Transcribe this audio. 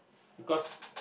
because